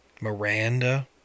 Miranda